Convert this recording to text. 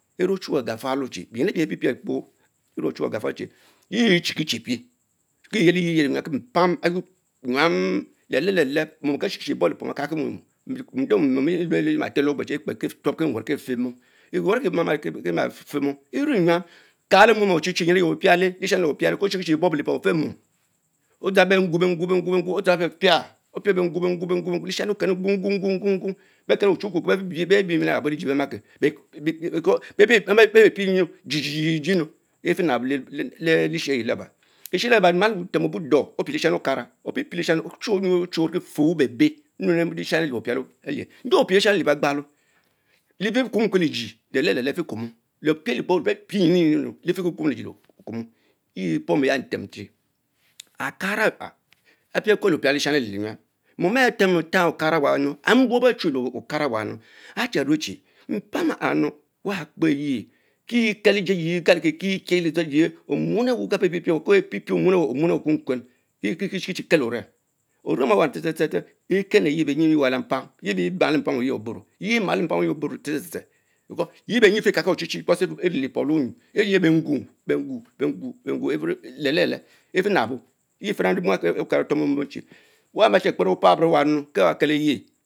Emeh ochmwe agafalo chie, beným ebie pie prek kpo chie yen eeikich. pie kie eyelliye yeli nyan, kie mpan ayuorr enyam lelele mom kehchi kie bob lepom alkalki mom, nde mom ewe ma tew le ogberr kie etuop kin warr kie fie mom, erieyam kalo mom ehh ehh nyin eye obiaee. lepom efeh mom odgang bengu bengu bengu okenu kmmg kmmq kmmp, uchru wnkem mokem beh bie mior eyabo be be lejie bemake, becanle bie pie pie mi jie jie emu beh bee lejre eyee be make, eshelaba, eshelabamale utem obueh dor opielesham okara, opie pie leshami enyi olhuwe, onke fewe bebeh emi lesham eluo opiale eye. nde opie bekpalo lepielebo lefikrmko nuu yea pom ya ntem cwe akara aha awh pukuel leh pia lesham alie lieh nyam, mom ehh tarrh tarrh okara owa aelie nie chie mpam aha wakpe yeh chi kie kel ejiee yie gaue kie kie kie yeh ledzor, eyeh omuen owe kali kie beh pie pie omuen oweh okuen- kuen, kie yeh kie chiko kel orem orem, awa tse tse tse ekenleye benym ewa lapam yie malo mpam oyeh obun tseh tseh tseh, ekenle ye benym ewa lapam yie malo mpam oyeh obuw tseh tseh tseh, yieh benym efikalkie ochechi beeause erie le lepom le wuuyu, euèh bengu, bengu, beguu benzuereny, leleh leleh Efmabo, yeau fma mom ehh okara otuomeh mom owe waba wab bey chie parie ewa nunu kie be kel eyeh.